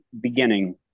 beginning